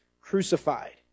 crucified